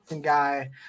guy